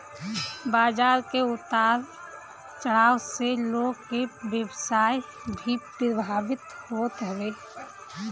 बाजार के उतार चढ़ाव से लोग के व्यवसाय भी प्रभावित होत हवे